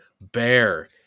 bear